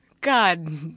God